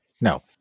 no